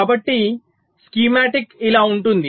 కాబట్టి స్కీమాటిక్ ఇలా ఉంటుంది